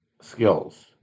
skills